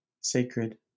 sacred